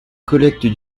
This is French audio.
collecte